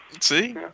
See